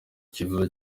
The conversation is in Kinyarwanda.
icyifuzo